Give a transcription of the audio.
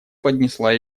поднесла